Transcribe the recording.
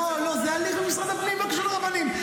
לא, זה הליך במשרד הפנים, לא קשור לרבנים.